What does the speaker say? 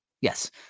Yes